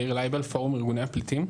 יאיר לייבל, פורום ארגוני הפליטים.